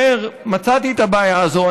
אומר: מצאתי את הבעיה הזאת.